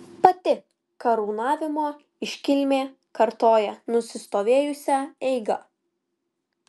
pati karūnavimo iškilmė kartoja nusistovėjusią eigą